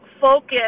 focus